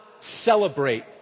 celebrate